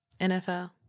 NFL